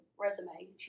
resume